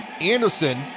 Anderson